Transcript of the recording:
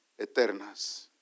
eternas